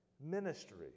ministry